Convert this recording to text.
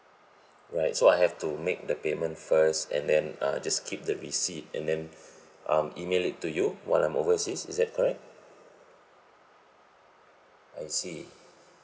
right so I have to make the payment first and then uh just keep the receipt and then um email it to you while I'm overseas is that correct I see